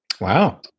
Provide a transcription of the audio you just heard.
Wow